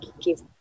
give